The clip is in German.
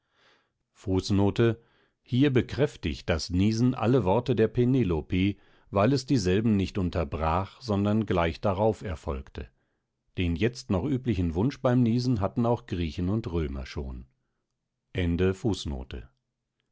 hier bekräftigt das niesen alle worte der penelope weil es dieselben nicht unterbrach sondern gleich darauf folgte den jetzt noch üblichen wunsch beim niesen hatten auch griechen und römer schon